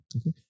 Okay